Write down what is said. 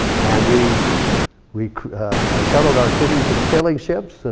and we we ah settled our cities and sailing ships. and